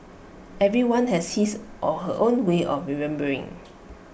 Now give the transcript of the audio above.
everyone has his or her own way of remembering